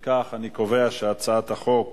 ההצעה להעביר את הצעת חוק